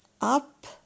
up